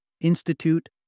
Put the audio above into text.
institute